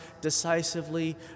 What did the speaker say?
decisively